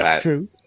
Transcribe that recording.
true